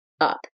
up